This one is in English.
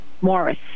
Morris